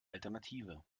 alternative